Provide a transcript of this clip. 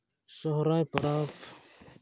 ᱥᱚᱦᱚᱨᱟᱭ ᱯᱚᱨᱚᱵᱽ